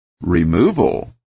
removal